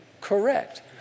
correct